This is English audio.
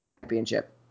championship